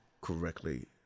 correctly